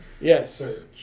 yes